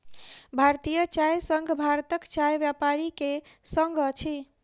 भारतीय चाय संघ भारतक चाय व्यापारी के संग अछि